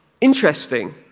Interesting